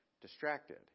distracted